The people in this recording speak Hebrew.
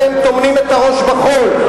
אתם טומנים את הראש בחול.